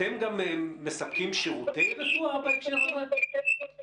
אתם גם מספקים שירותי רפואה בהקשר הזה?